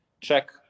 check